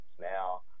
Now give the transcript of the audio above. Now